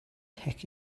heck